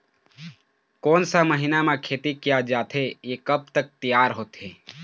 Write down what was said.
कोन सा महीना मा खेती किया जाथे ये कब तक तियार होथे?